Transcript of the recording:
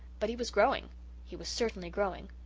but he was growing he was certainly growing.